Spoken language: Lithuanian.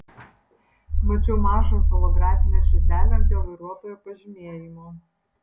mačiau mažą holografinę širdelę ant jo vairuotojo pažymėjimo